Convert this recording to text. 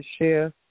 share